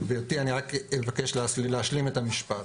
גבירתי, אני רק אבקש להשלים את המשפט.